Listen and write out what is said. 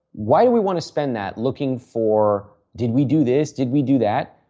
why do we want to spend that looking for did we do this? did we do that?